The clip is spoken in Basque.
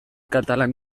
katalan